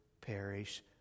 perish